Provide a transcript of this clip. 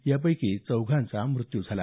यापैकी चौघांचा मृत्यू झाला